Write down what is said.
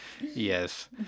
yes